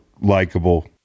likable